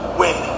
win